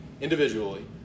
individually